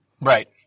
Right